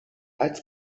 als